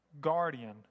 Guardian